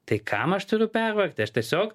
tai kam aš turiu pervargti aš tiesiog